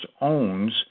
owns